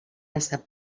estat